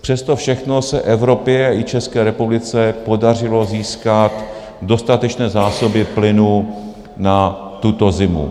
Přes to všechno se Evropě i České republice podařilo získat dostatečné zásoby plynu na tuto zimu.